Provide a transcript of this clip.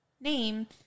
name